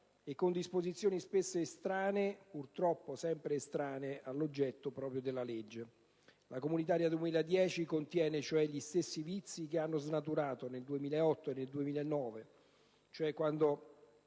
e con disposizioni spesso estranee, purtroppo sempre estranee, all'oggetto proprio della legge. La legge comunitaria 2010 contiene cioè gli stessi vizi che hanno snaturato, nel 2008 e nel 2009, quanto